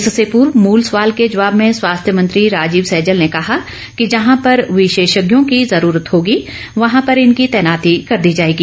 इससे पर्व मुल सवाल के जवाब में स्वास्थ्य मंत्री राजीव सैजल ने कहा कि जहां पर विशेषज्ञों की जरूरत होगी वहां पर इनकी तैनाती कर दी जाएगी